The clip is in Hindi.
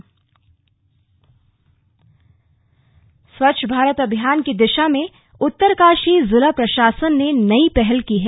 मोबाइल एप स्वच्छ भारत अभियान की दिशा में उत्तरकाशी जिला प्रशासन ने नई पहल की है